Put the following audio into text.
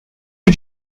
que